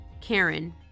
Karen